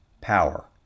power